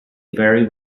very